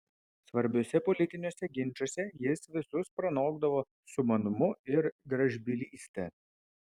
svarbiuose politiniuose ginčuose jis visus pranokdavo sumanumu ir gražbylyste